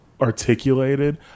articulated